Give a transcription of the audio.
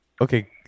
Okay